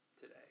today